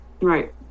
right